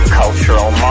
cultural